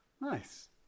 Nice